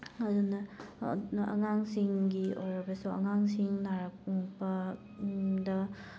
ꯑꯗꯨꯅ ꯑꯉꯥꯡꯁꯤꯡꯒꯤ ꯑꯣꯏꯔꯒꯁꯨ ꯑꯉꯥꯡꯁꯤꯡ ꯅꯥꯔꯛꯄ ꯗ